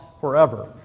forever